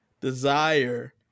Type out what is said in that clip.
desire